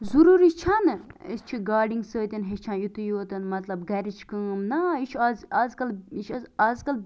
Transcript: ضروٗری چھَ نہٕ أسۍ چھِ گارڈنٛگ سۭتۍ ہیٚچھان یُتے یوت مَطلَب گَرِچ کٲم نا یہِ چھُ آز آزکَل یہِ چھُ آز آزکَل